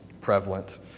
prevalent